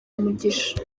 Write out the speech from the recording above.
umugisha